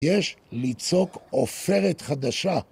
יש ליצוק עופרת חדשה